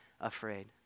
afraid